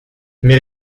mais